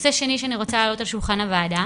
נושא שני שאני רוצה להעלות על שולחן הוועדה